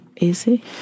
easy